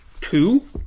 Two